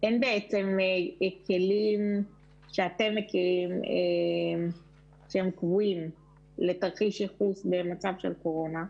בעצם כלים שאתם מכירים שהם קבועים לתרחיש ייחוס במצב של קורונה,